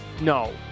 No